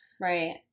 right